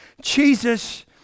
Jesus